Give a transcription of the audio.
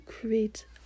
create